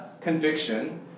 conviction